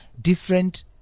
different